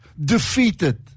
defeated